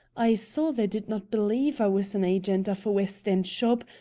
i saw they did not believe i was an agent of a west end shop,